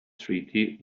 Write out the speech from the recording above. treaty